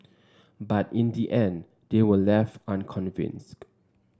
but in the end they were left unconvinced